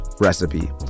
recipe